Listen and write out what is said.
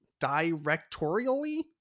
directorially